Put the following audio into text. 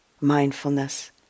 mindfulness